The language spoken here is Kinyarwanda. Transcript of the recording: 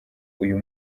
uyu